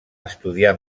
estudiar